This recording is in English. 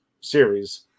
series